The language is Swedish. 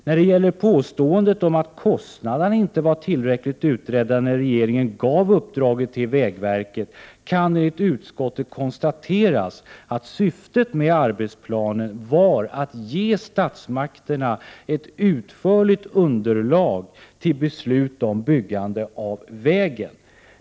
När det gäller påståendet om att kostnaderna inte var tillräckligt utredda när regeringen gav uppdraget till vägverket kan enligt utskottets mening konstateras att syftet med arbetsplanen var att ge statsmakterna ett utförligt underlag till beslut om byggande av vägen.